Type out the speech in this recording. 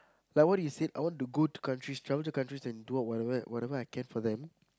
like what you said I want to go to countries travel to countries and do whatever I can for them